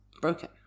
broken